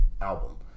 album